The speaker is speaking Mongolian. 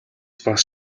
бас